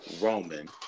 Roman